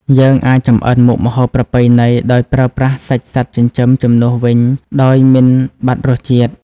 យើងអាចចម្អិនមុខម្ហូបប្រពៃណីដោយប្រើប្រាស់សាច់សត្វចិញ្ចឹមជំនួសវិញដោយមិនបាត់រសជាតិ។